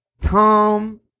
Tom